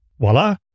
Voila